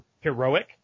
heroic